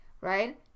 right